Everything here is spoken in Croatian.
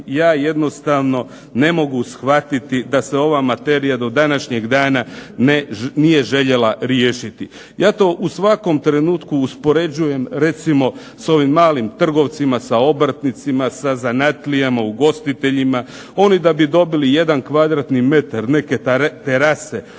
ja jednostavno ne mogu shvatiti da se ova materija do današnjeg dana nije željela riješiti. Ja to u svakom trenutku uspoređujem recimo s ovim malim trgovcima, sa obrtnicima, za zanatlijama, ugostiteljima. Oni da bi dobili jedan kvadratni metar neke terase u Poreču